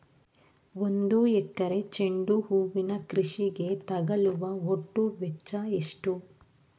ಒಂದು ಎಕರೆ ಚೆಂಡು ಹೂವಿನ ಕೃಷಿಗೆ ತಗಲುವ ಒಟ್ಟು ವೆಚ್ಚ ಎಷ್ಟು?